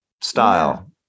style